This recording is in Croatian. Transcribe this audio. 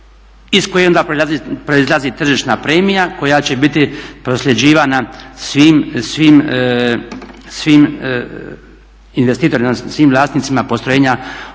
iz koje onda proizlazi tržišna premija koja će biti prosljeđivana svim investitorima, svim vlasnicima postrojenja obnovljivih